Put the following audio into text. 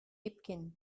hepken